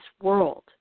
world